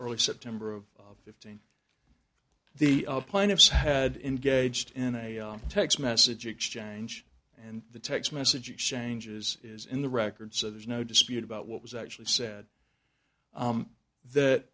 early september of fifteen the plaintiffs had engaged in a text message exchange and the text message exchanges is in the record so there's no dispute about what was actually said that